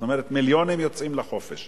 זאת אומרת מיליונים יוצאים לחופש,